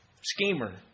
schemer